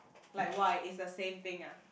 like why is the same thing ah